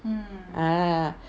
ah